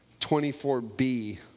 24b